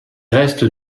restes